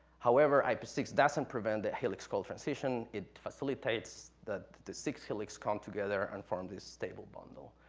however, i p six doesn't prevent that helix-coil transition, it facilitates that the six helix come together and form this stable bundle.